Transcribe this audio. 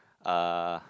uh